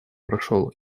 прошел